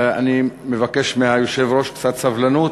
אני מבקש מהיושב-ראש קצת סבלנות,